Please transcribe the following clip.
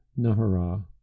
Nahara